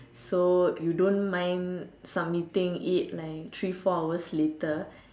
so you don't mind submitting it like three four hours later